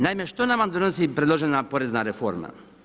Naime, što nama donosi predložena porezna reforma?